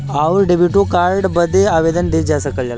आउर डेबिटो कार्ड बदे आवेदन दे सकला